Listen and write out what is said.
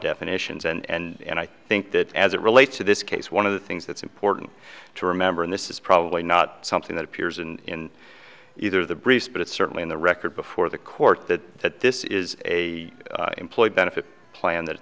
definitions and i think that as it relates to this case one of the things that's important to remember in this is probably not something that appears in either the briefs but it's certainly in the record before the court that that this is a employee benefit plan that